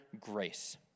grace